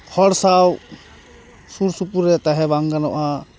ᱦᱚᱲ ᱥᱟᱶ ᱥᱩᱨ ᱥᱩᱯᱩᱨ ᱨᱮ ᱛᱟᱦᱮᱸ ᱵᱟᱝ ᱜᱟᱱᱚᱜᱼᱟ